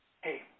hey